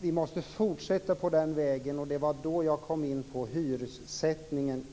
Vi måste fortsätta på den vägen. Det var därför jag kom in på hyressättningen.